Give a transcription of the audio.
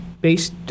based